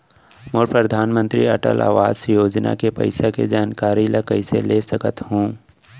मोर परधानमंतरी अटल आवास योजना के पइसा के जानकारी ल कइसे ले सकत हो?